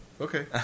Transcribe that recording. Okay